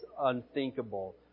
unthinkable